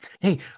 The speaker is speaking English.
hey